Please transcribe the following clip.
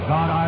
God